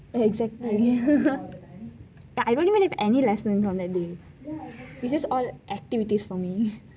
exactly I dun even have any lessons on that day just all activities for me